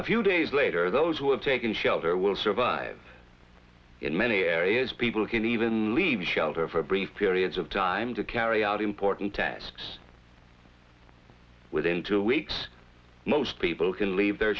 a few days later those who have taken shelter will survive in many areas people can even leave shelter for brief periods of time to carry out important tasks within two weeks most people can leave their